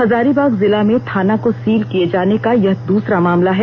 हजारीबाग जिला में थाना को सील किए जाने का यह दूसरा मामला है